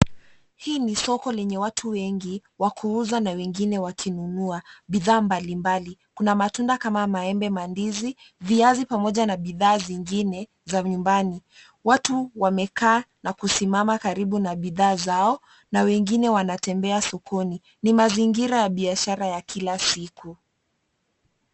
Hii ni soko lenye watu wengi wakuuza na wengine wakinunua bidhaa mbali mbali. Kuna matunda kama maembe. mandizi, viazi pamoja na bidhaa zingine za nyumbani. Watu wamekaa na kusimama karibu na bidhaa zao na wengine wanatembea sokoni. Ni mazingira ya biashara ya kila siku.